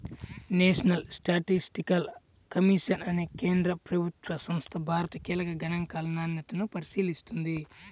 national statistical commission అనే కేంద్ర ప్రభుత్వ సంస్థ భారత కీలక గణాంకాల నాణ్యతను పరిశీలిస్తుంది